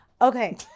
Okay